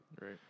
Right